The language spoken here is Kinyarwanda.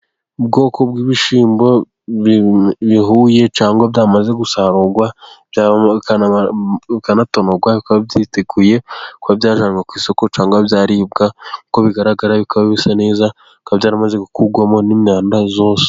Ubwoko bw'ibishyimbo bihuye cyangwa byamaze gusarurwa, bikanatonorwa bikaba byiteguye kuba byajyanwa ku isoko cyangwa byaribwa, uko bigaragara bikaba bisa neza, bikaba byaramaze gukurwamo n'imyanda yose.